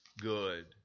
good